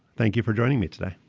thank you for joining me today.